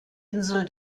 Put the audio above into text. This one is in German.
insel